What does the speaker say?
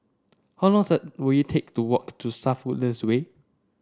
how long does will it take to walk to South Woodlands Way